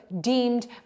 deemed